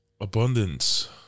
Abundance